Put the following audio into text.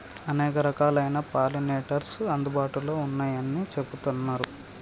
అనేక రకాలైన పాలినేటర్స్ అందుబాటులో ఉన్నయ్యని చెబుతున్నరు